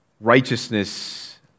righteousness